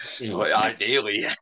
ideally